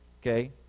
Okay